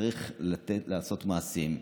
צריך לעשות מעשים.